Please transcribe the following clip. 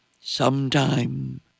Sometime